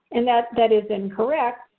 and that that is incorrect,